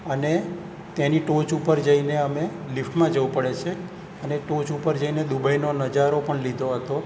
અને તેની ટોચ ઉપર જઈને અમે લિફ્ટમાં જવું પડે છે અને ટોચ ઉપર જઈને દુબઈનો નજારો પણ લીધો હતો